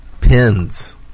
pins